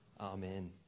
Amen